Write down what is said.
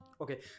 Okay